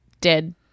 dead